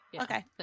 okay